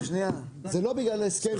זה לא בגלל ההסכם,